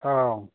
ꯑꯥ